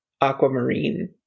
aquamarine